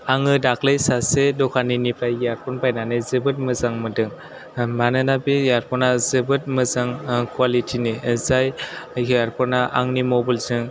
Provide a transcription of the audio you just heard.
आङो दाखालि सासे दखानिनिफ्राय इयारफन बायनानै जोबोर मोजां मोन्दों मानोना बे इयारफनआ जोबोर मोजां कवालिटिनि जाय इयारफनआ आंनि मबेलजों